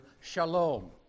shalom